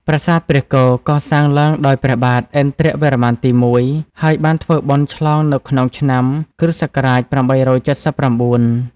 ប្រាសាទព្រះគោ កសាងឡើងដោយព្រះបាទឥន្ទ្រវរ្ម័នទី១ ហើយបានធ្វើបុណ្យឆ្លងនៅក្នុងឆ្នាំ គ.ស. ៨៧៩ ។